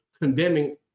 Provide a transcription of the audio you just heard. condemning